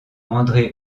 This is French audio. andré